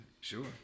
Sure